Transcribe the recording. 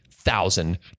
thousand